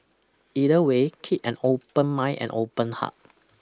either way keep an open mind and open heart